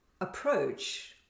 approach